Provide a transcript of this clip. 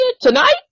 tonight